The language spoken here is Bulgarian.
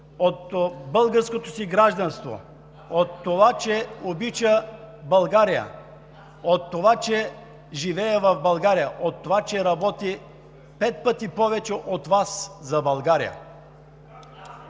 от нацията!“), от това, че обича България, от това, че живее в България, от това, че работи пет пъти повече от Вас за България!